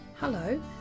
Hello